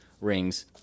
rings